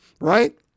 right